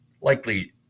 likely